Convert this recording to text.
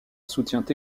soutient